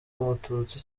umututsi